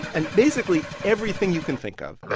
and basically everything you can think of